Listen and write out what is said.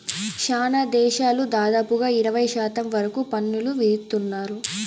శ్యానా దేశాలు దాదాపుగా ఇరవై శాతం వరకు పన్నులు విధిత్తున్నారు